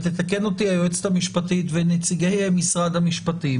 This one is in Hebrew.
ותתקן אותי היועצת המשפטית ונציגי משרד המשפטים,